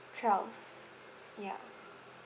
twelve ya